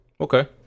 Okay